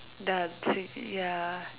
dancing ya